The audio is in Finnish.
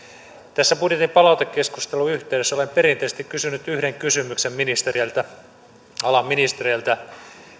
tässä budjetin palautekeskustelun yhteydessä olen perinteisesti kysynyt yhden kysymyksen alan ministereiltä